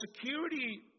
security